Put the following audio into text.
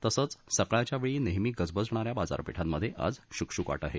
तसंचसकाळच्या वेळी नेहमी गजबजणाऱ्या बाजारपेठांमधे आज शुकशुकाट आहे